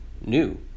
new